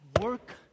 work